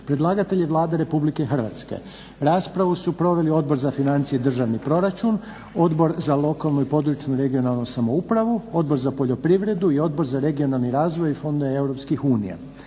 Predlagatelj je Vlada Republike Hrvatske. Raspravu su proveli Odbor za financije i državni proračun, Odbor za lokalnu i područnu (regionalnu) samoupravu, Odbor za poljoprivredu i Odbor za regionalni razvoj i fondove